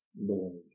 Lord